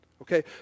Okay